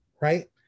right